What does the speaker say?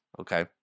Okay